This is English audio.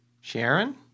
Sharon